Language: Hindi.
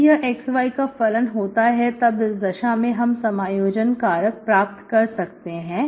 यदि यह xy का फलन होता है तब इस दशा में हम समायोजन कारक प्राप्त कर सकते हैं